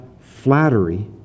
flattery